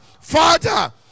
Father